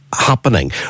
happening